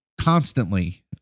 constantly